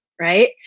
right